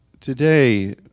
Today